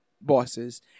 bosses